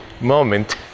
moment